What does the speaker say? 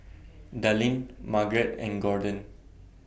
Dallin Margret and Gorden